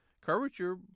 Curvature